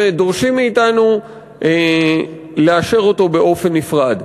ודורשים מאתנו לאשר אותו באופן נפרד.